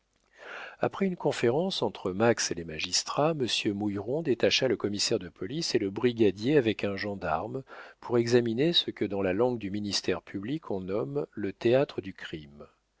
après une conférence entre max et les magistrats monsieur mouilleron détacha le commissaire de police et le brigadier avec un gendarme pour examiner ce que dans la langue du ministère public on nomme le théâtre du crime